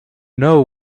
know